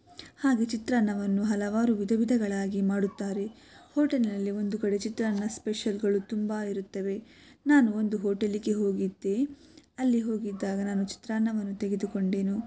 ಹಾಗೆ ಚಿತ್ರಾನ್ನವನ್ನು ಹಲವಾರು ವಿಧ ವಿಧಗಳಾಗಿ ಮಾಡುತ್ತಾರೆ ಹೋಟೆಲ್ನಲ್ಲಿ ಒಂದು ಕಡೆ ಚಿತ್ರಾನ್ನ ಸ್ಪೆಷಲ್ಗಳು ತುಂಬ ಇರುತ್ತವೆ ನಾನು ಒಂದು ಹೋಟೆಲಿಗೆ ಹೋಗಿದ್ದೆ ಅಲ್ಲಿ ಹೋಗಿದ್ದಾಗ ನಾನು ಚಿತ್ರಾನ್ನವನ್ನು ತೆಗೆದುಕೊಂಡೆನು